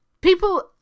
People